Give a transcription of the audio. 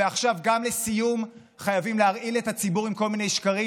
ועכשיו לסיום חייבים גם להרעיל את הציבור בכל מיני שקרים?